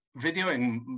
videoing